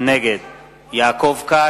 נגד יעקב כץ,